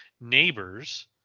neighbors